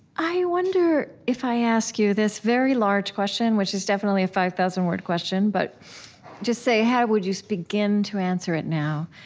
i wonder, if i ask you this very large question, which is definitely a five thousand word question, but just say, how would you begin to answer it now,